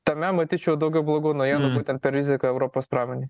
tame matyčiau daugiau blogų naujienų būtent per riziką europos pramonei